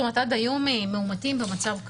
עד היום הם מאומתים במצב קל.